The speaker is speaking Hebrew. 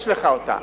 יש לך אותה.